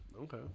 okay